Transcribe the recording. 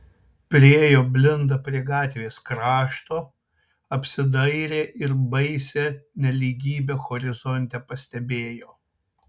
priėjo blinda prie gatvės krašto apsidairė ir baisią nelygybę horizonte pastebėjo